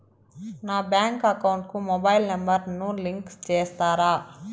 నా bank account కు mobile number ను లింకు చేస్తారా?